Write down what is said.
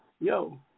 Yo